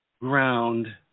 ground